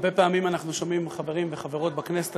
הרבה פעמים אנחנו שומעים מחברים וחברות בכנסת